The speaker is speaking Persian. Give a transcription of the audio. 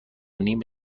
نیم